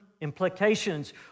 implications